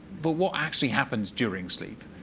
but what actually happens during sleep?